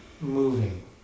moving